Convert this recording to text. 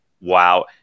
wow